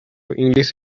english